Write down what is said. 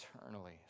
eternally